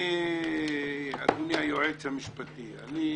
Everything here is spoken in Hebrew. אדוני היועץ המשפטי, אני